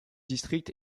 district